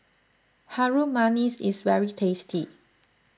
Harum Manis is very tasty